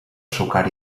sucar